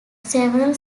several